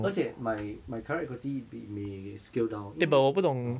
而且 my my current equity it may get scaled down 因为 err